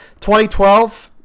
2012